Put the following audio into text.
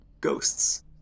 Ghosts